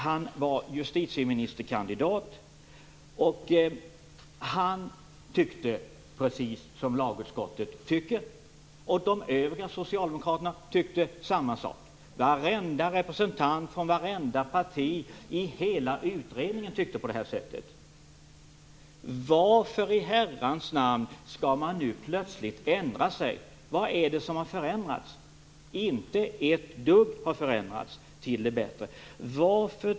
Han var justitieministerkandidat. Han tyckte precis som lagutskottet tycker. De övriga socialdemokraterna tyckte samma sak. Varenda representant från varenda parti i hela utredningen tyckte på det här sättet. Varför i herrans namn skall man nu plötsligt ändra sig? Vad är det som har förändrats? Inte ett dugg har förändrats till det bättre.